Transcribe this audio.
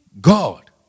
God